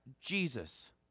Jesus